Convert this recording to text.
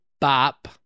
Bop